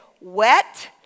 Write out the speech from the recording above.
wet